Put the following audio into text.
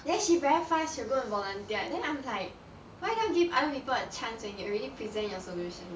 then she very fast she go and volunteer then I'm like why don't give other people a chance when you already present your solution